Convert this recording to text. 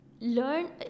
Learn